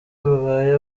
babaye